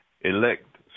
elect